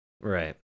Right